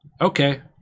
Okay